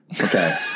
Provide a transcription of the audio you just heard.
Okay